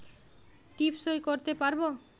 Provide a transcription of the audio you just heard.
টিপ সই করতে পারবো?